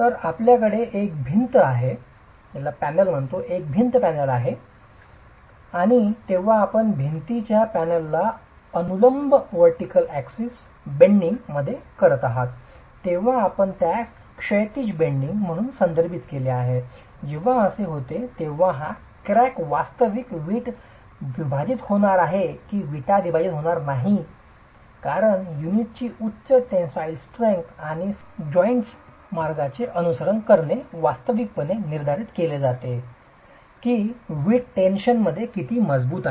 तर आपल्याकडे एक भिंत पॅनल आहे आणि जेव्हा आपण भिंतीच्या पॅनलला अनुलंब वरटिकल अक्सिस बेंडिंग वाकवत आहात तेव्हा आम्ही त्यास क्षैतिज बेंडिंग म्हणून संदर्भित केले आहे जेव्हा असे होते की जेव्हा हा क्रॅक वास्तविक वीट विभाजित होणार आहे की विटा विभाजित होणार नाही कारण युनिटची उच्च टेनसाईल स्ट्रेंग्थ आणि जॉइन्ट्सच्या मार्गाचे अनुसरण करणे वास्तविकपणे निर्धारित केले जाते की वीट टेन्शन मध्ये किती मजबूत आहे